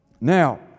Now